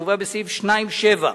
המובא בסעיף 2(7)